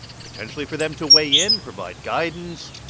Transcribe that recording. potentially for them to weigh in, provide guidance.